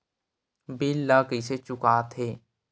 bill ला कइसे चुका थे